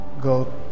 go